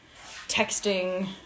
texting